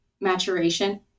maturation